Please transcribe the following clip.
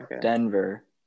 Denver